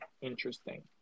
Interesting